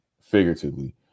figuratively